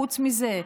חוץ מזה,